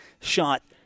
Shot